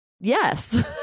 yes